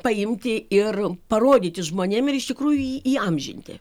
paimti ir parodyti žmonėm ir iš tikrųjų jį įamžinti